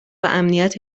امنیت